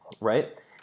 right